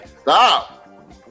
Stop